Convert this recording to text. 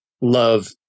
love